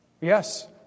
Yes